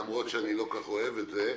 למרות שאני ממש לא אוהב את זה.